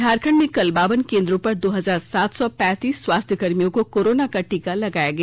झारखंड में कल बावन केंद्रों पर दो हजार सात सौ पैंतीस स्वास्थकर्मियों को कोरोना का टीका लगाया गया